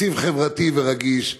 תקציב חברתי ורגיש.